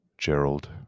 Gerald